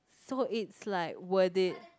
so it's like worth it